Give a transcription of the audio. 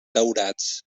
daurats